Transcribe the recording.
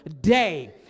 day